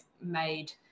made